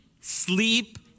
sleep